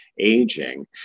aging